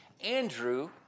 Andrew